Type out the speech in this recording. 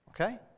Okay